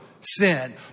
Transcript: sin